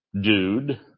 dude